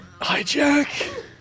Hijack